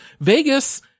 Vegas